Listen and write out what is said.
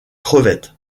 crevettes